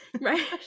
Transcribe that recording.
Right